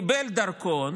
קיבל דרכון